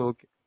Okay